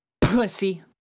Pussy